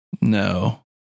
No